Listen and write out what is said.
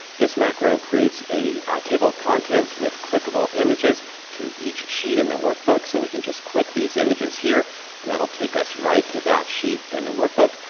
this macro creates a table of content with clickable images to each sheet in the workbook. so we can just click these images here and that'll take us right to that sheet in the workbook.